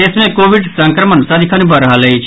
प्रदेश मे कोविड संक्रमण सदिखन बढ़ि रहल अछि